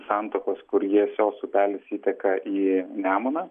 santakos kur jiesios upelis įteka į nemuną